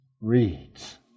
reads